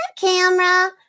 camera